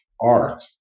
art